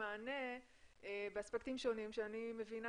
מענה באספקטים שונים, שאני מבינה